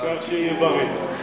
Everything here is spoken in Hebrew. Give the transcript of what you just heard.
העיקר שיהיה בריא.